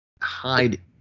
hide